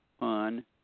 on